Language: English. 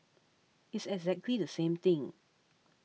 it's exactly the same thing